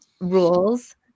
rules